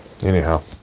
Anyhow